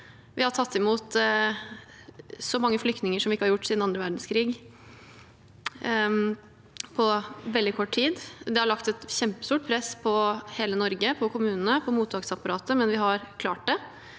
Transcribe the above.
Vi har tatt imot så mange flyktninger som vi ikke har gjort siden annen verdenskrig, og på veldig kort tid. Det har lagt et kjempestort press på hele Norge – på kommunene, på mottaksapparatet – men vi har klart det.